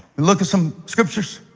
look at some scriptures.